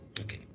Okay